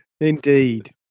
Indeed